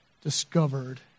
discovered